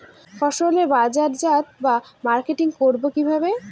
ফসলের বাজারজাত বা মার্কেটিং করব কিভাবে?